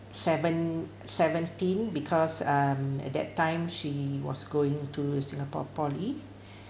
seven seventeen because um at that time she was going to singapore poly